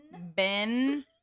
Ben